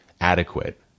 adequate